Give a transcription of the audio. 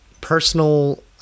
personal